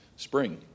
Spring